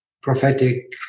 prophetic